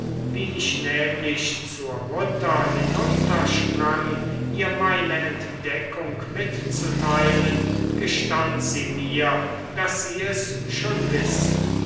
wie ich nämlich zur mutter hinunter sprang ihr meine entdeckung mitzuteilen gestand sie mir daß sie es schon wisse